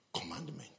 commandment